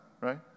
right